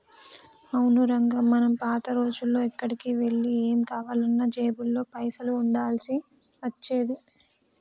అవును రంగమ్మ మనం పాత రోజుల్లో ఎక్కడికి వెళ్లి ఏం కావాలన్నా జేబులో పైసలు ఉండాల్సి వచ్చేది